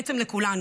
בעצם לכולנו: